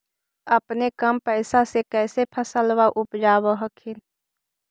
अपने कम पैसा से कैसे फसलबा उपजाब हखिन?